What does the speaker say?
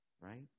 right